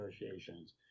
negotiations